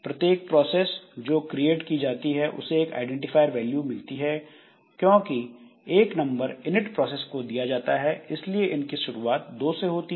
प्रत्येक प्रोसेस जो क्रिएट की जाती है उसे एक आईडेंटिफायर वैल्यू मिलती है क्योंकि 1 नंबर इनिट प्रोसेस को दिया जाता है इसलिए इनकी शुरुआत 2 से होती है